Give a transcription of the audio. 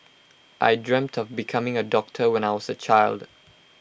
I dreamt of becoming A doctor when I was A child